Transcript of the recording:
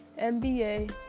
NBA